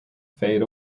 fade